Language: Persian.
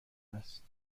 است